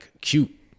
cute